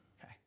Okay